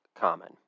common